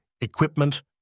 equipment